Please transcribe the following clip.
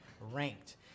ranked